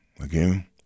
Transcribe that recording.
again